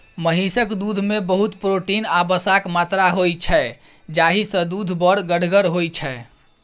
महिषक दुधमे बहुत प्रोटीन आ बसाक मात्रा होइ छै जाहिसँ दुध बड़ गढ़गर होइ छै